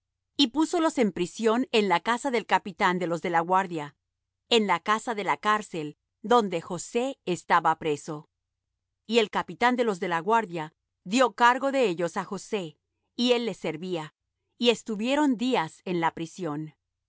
y púsolos en prisión en la casa del capitán de los de la guardia en la casa de la cárcel donde josé estaba preso y el capitán de los de la guardia dió cargo de ellos á josé y él les servía y estuvieron días en la prisión